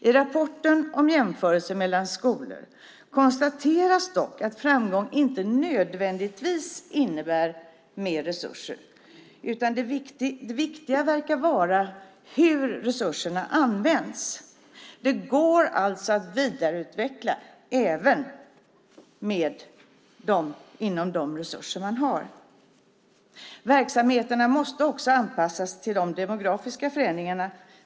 I rapporten om jämförelse mellan skolor konstateras dock att framgång inte nödvändigtvis innebär mer resurser. Det viktiga verkar vara hur resurserna används. Det går alltså att vidareutveckla även inom ramen för de resurser man har. Verksamheterna måste också anpassas till de demografiska förändringarna.